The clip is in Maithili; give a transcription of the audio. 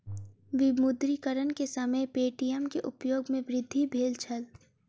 विमुद्रीकरण के समय पे.टी.एम के उपयोग में वृद्धि भेल छल